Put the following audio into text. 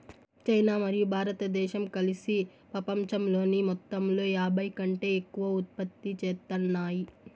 China మరియు భారతదేశం కలిసి పపంచంలోని మొత్తంలో యాభైకంటే ఎక్కువ ఉత్పత్తి చేత్తాన్నాయి